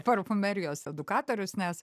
parfumerijos edukatorius nes